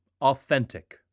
authentic